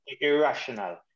irrational